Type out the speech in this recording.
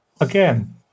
again